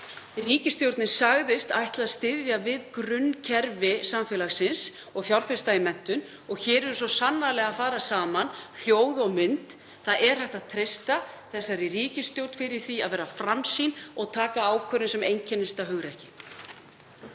Ríkisstjórnin sagðist ætla að styðja við grunnkerfi samfélagsins og fjárfesta í menntun og hér eru svo sannarlega að fara saman hljóð og mynd. Það er hægt að treysta þessari ríkisstjórn fyrir því að vera framsýn og taka ákvörðun sem einkennist af hugrekki.